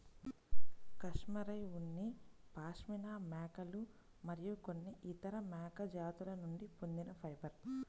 cashmere ఉన్ని పాష్మినా మేకలు మరియు కొన్ని ఇతర మేక జాతుల నుండి పొందిన ఫైబర్